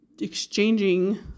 exchanging